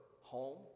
home